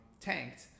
tanked